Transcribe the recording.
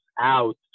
out